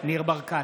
ניר ברקת,